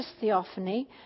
theophany